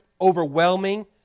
overwhelming